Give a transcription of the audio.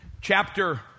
chapter